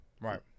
Right